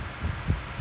oh